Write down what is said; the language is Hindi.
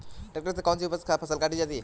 ट्रैक्टर से कौन सी फसल काटी जा सकती हैं?